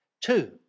Two